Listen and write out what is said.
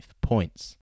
points